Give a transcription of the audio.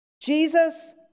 Jesus